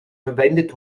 verwendet